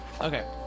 Okay